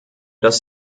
dass